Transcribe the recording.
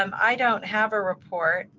um i don't have a report.